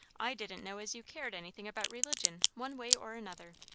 i didn't know as you cared anything about religion, one way or another.